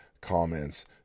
comments